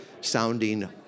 sounding